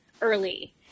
early